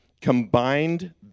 Combined